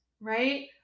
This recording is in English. Right